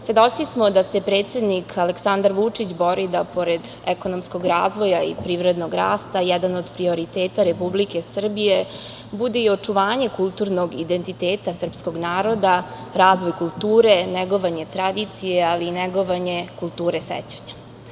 Svedoci smo da se predsednik Aleksandar Vučić bori da pored ekonomskog razvoja i privrednog rasta, jedan od prioriteta Republike Srbije bude i očuvanje kulturnog identiteta srpskog naroda, razvoj kulture, negovanje tradicije, ali i negovanje kulture sećanja.